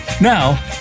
Now